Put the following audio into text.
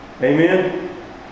Amen